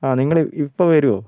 ആ നിങ്ങൾ ഇപ്പോൾ വരുമോ